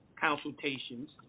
consultations